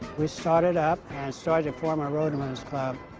we started up and started to form our road runners club,